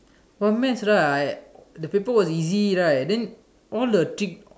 for math right I the paper was easy right then all the tricks